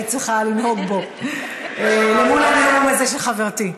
צריכה לנהוג בו למול הנאום הזה של חברתי.